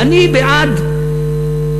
ואני בעד,